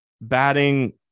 batting